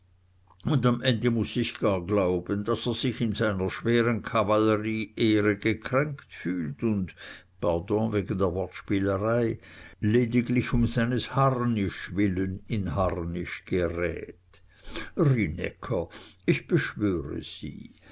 und am ende muß ich gar glauben daß er sich in seiner schweren kavallerie ehre gekränkt fühlt und pardon wegen der wortspielerei lediglich um seines harnisch willen in harnisch gerät rienäcker ich beschwöre sie